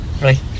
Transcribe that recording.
Right